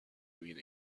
green